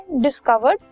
discovered